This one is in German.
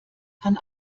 kann